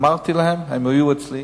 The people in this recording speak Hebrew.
הם היו אצלי,